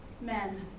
men